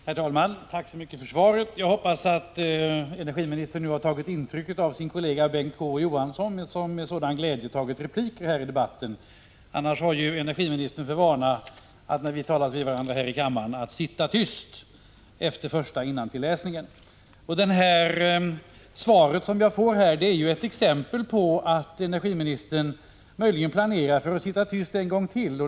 Herr talman! Jag tackar så mycket för svaret. Jag hoppas energiministern nu tagit intryck av sin kollega Bengt K. Å. Johansson som med sådan glädje tagit repliker här i debatten. Annars har ju energiministern haft för vana att efter den första innanläsningen sitta tyst när vi skall talas vid här i kammaren. Det svar jag fått är ett exempel på att energiministern möjligen planerar att sitta tyst även denna gång.